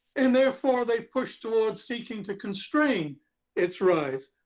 and, therefore, they've pushed towards seeking to constrain its rise.